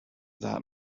that